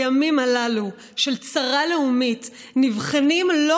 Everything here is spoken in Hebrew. הימים הללו של צרה לאומית נבחנים לא